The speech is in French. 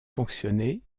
fonctionné